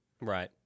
Right